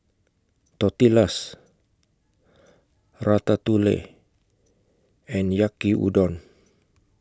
Tortillas Ratatouille and Yaki Udon